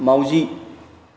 माउजि